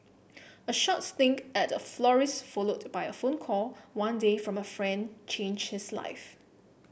a short stint at a florist's followed by a phone call one day from a friend changed his life